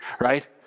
right